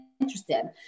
interested